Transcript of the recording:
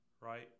Right